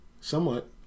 somewhat